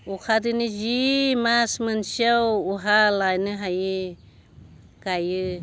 अखादोंनो जि माच मोनसेयाव अहा लानो हायि गाइयो